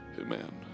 Amen